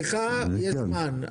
לך יש זמן,